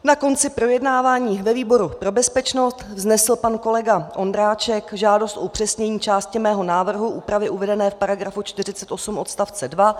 Na konci projednávání ve výboru pro bezpečnosti vznesl pan kolega Ondráček žádost o upřesnění části mého návrhu úpravy uvedené v § 48 odst. 2.